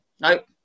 Nope